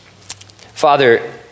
Father